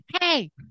Hey